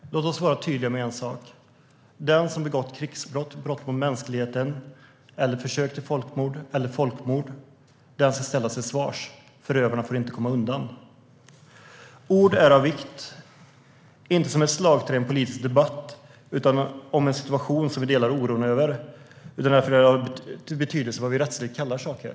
Herr talman! Låt oss vara tydliga med en sak: Den som begått krigsbrott, brott mot mänskligheten, folkmord eller försök till folkmord ska ställas till svars. Förövarna får inte komma undan. Ord är av vikt, inte som slagträ i en politisk debatt utan för att vi delar oron över en situation. Det har betydelse vad vi rättsligt kallar saker.